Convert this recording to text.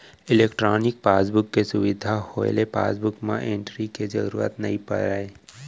electronic passbook के सुबिधा होए ले पासबुक म एंटरी के जरूरत नइ परय